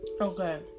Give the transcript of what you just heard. Okay